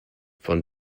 von